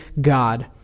God